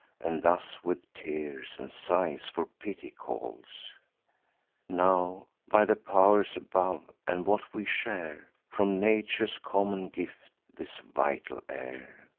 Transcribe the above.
and thus with tears and sighs for pity calls now, by the pow'rs above, and what we share from nature's common gift, this vital air,